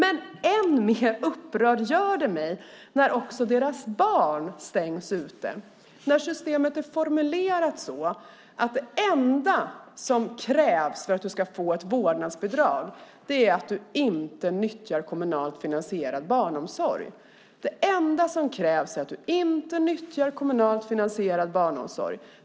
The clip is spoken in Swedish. Än mer upprörd gör det mig när också deras barn stängs ute, när systemet är formulerat så att det enda som krävs för att du ska få ett vårdnadsbidrag är att du inte nyttjar kommunalt finansierad barnomsorg.